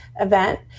event